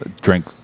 drink